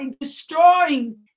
destroying